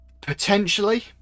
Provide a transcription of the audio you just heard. Potentially